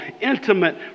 intimate